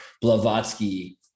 Blavatsky